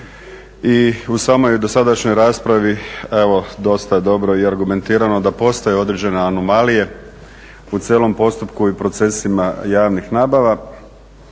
i u samoj dosadašnjoj raspravi evo dosta dobro i argumentirano da postoje određene anomalije u cijelom postupku i procesima javnih nabava